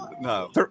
No